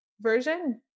version